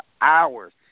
hours